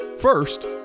first